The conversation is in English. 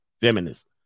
feminist